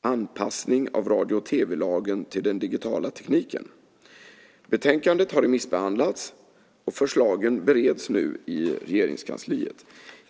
Anpassning av radio och tv-lagen till den digitala tekniken . Betänkandet har remissbehandlats, och förslagen bereds nu i Regeringskansliet.